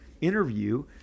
interview